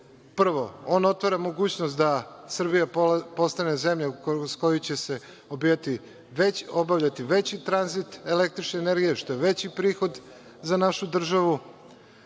Prvo, on otvara mogućnost da Srbija postane zemlja kroz koju će se obavljati veći tranzit električne energije, što je veći prihod za našu državu.